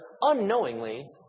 unknowingly